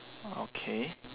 okay